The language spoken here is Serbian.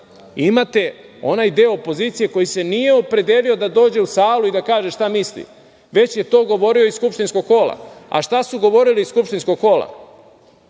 imate onaj deo opozicije koji se nije opredelio da dođe u salu i kaže šta misli, već je to govorio iz skupštinskog hola. A šta su govorili iz skupštinskog hola?